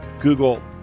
Google